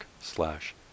slash